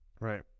Right